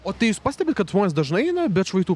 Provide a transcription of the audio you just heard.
o tai jūs pastebit kad žmonės dažnai eina be atšvaitų